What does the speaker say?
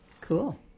Cool